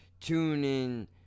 TuneIn